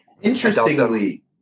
Interestingly